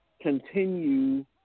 continue